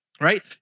right